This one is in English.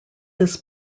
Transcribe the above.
this